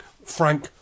Frank